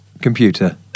computer